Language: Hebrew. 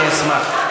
אני אשמח.